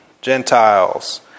Gentiles